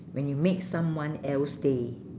when you make someone else day